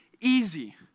Easy